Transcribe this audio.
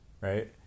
Right